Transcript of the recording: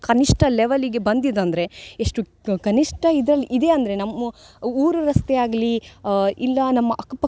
ಕನಿಷ್ಠ ಲೆವಲಿಗೆ ಬಂದಿದಂದರೆ ಎಷ್ಟು ಕನಿಷ್ಠ ಇದ್ರಲ್ಲಿ ಇದೆ ಅಂದರೆ ನಮ್ಮ ಊರು ರಸ್ತೆ ಆಗಲಿ ಇಲ್ಲ ನಮ್ಮ ಅಕ್ಕ ಪಕ್ಕದ